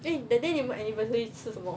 eh that day 你们 anniversary 吃什么